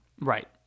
Right